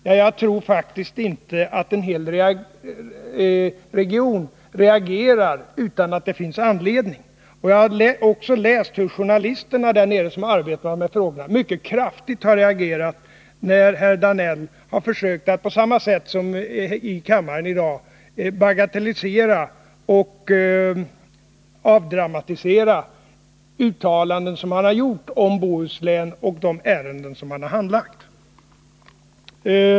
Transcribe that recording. Men jag tror faktiskt inte att en hel region reagerar utan att det finns anledning. Jag har också sett att journalisterna där nere som arbetar med de här frågorna mycket kraftigt har reagerat när herr Danell har försökt, på samma sätt som här i kammaren i dag, att bagatellisera och avdramatisera sina uttalanden om Bohuslän och de ärenden han handlagt.